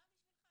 גם בשבילכם,